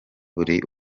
buri